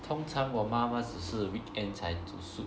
通常我妈妈只是 weekend 才煮 soup